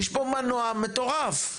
יש פה מנוע מטורף.